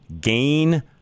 gain